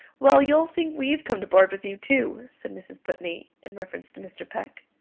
well, you'll think we've come to board with you too, said mrs. putney, in reference to mr. peck.